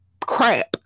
crap